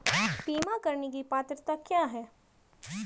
बीमा करने की पात्रता क्या है?